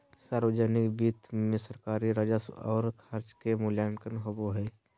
सावर्जनिक वित्त मे सरकारी राजस्व और खर्च के मूल्यांकन होवो हय